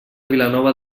vilanova